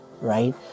right